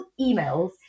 emails